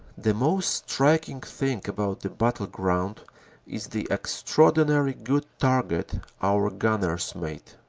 the most striking thing about the battleground is the extraordinary good target our gunners made.